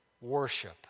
worship